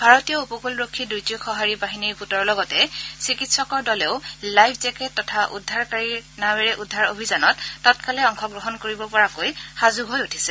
ভাৰতীয় উপকূল ৰক্ষী দুৰ্যোগ সহাঁৰি বাহিনীৰ গোটৰ লগতে চিকিৎসকৰ দলেও লাইফ জেকেট তথা উদ্ধাৰকাৰীক নাৱেৰে উদ্ধাৰ অভিযানত তৎকালে অংশগ্ৰহণ কৰিব পৰাকৈ সাজু হৈ উঠিছে